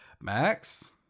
max